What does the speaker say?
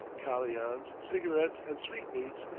kalians, cigarettes, and sweetmeats,